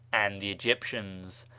and the egyptians.